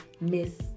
miss